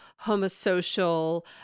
homosocial